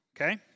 okay